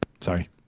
sorry